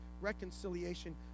reconciliation